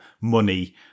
money